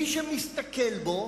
מי שמסתכל בו